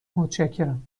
متشکرم